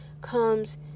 comes